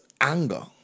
anger